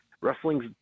wrestling's